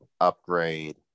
Upgrade